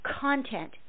Content